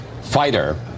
fighter